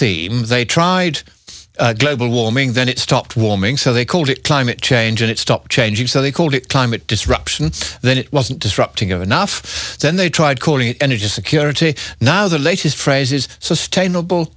they tried global warming then it stopped warming so they called it climate change and it stopped changing so they called it climate disruption then it wasn't disrupting of enough then they tried calling it energy security now the latest phrase is sustainable